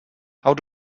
how